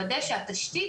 לוודא שהתשתית,